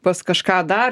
pas kažką dar